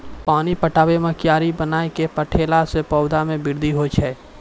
पानी पटाबै मे कियारी बनाय कै पठैला से पौधा मे बृद्धि होय छै?